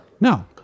No